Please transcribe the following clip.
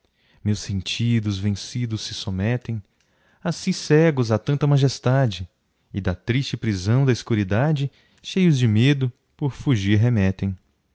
meus sentidos vencidos se sometem assi cegos a tanta majestade e da triste prisão da escuridade cheios de medo por fugir remetem